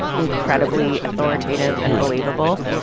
incredibly authoritative and believable.